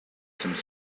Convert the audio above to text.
some